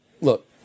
Look